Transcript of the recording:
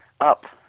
up